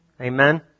Amen